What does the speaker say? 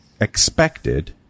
expected